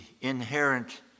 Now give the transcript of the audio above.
inherent